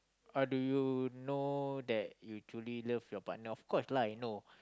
how do you know that you truly love your partner of course lah you know